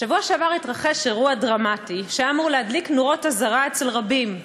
בשבוע שעבר התרחש אירוע דרמטי שהיה אמור להדליק נורות אזהרה אצל רבים,